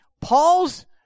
Paul's